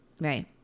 Right